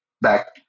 back